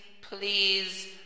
please